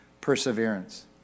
perseverance